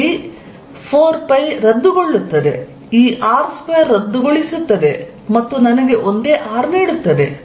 ಇಲ್ಲಿ 4π ರದ್ದುಗೊಳಿಸುತ್ತದೆ ಈ r2 ರದ್ದುಗೊಳಿಸುತ್ತದೆ ಮತ್ತು ನನಗೆ ಒಂದೇ r ನೀಡುತ್ತದೆ